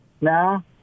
Now